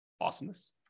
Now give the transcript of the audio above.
Awesomeness